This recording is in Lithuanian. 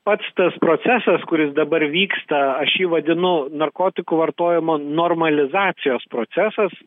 pats tas procesas kuris dabar vyksta aš jį vadinu narkotikų vartojimo normalizacijos procesas